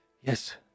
Yes